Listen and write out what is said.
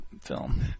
film